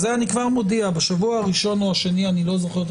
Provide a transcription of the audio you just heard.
אני כבר מודיע שבשבוע הראשון או השני של